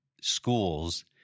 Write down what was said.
schools